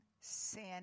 sin